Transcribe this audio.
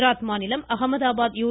குஜராத் மாநிலம் அகமதாபாத் யு